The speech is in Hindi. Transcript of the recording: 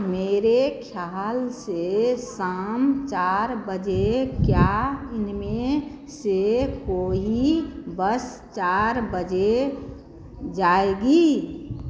मेरे ख़याल से शाम चार बजे क्या इनमें से कोई बस चार बजे जाएगी